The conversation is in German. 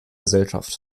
gesellschaft